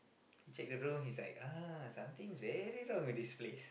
check the room he's like ah something's very wrong with this place